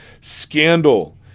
scandal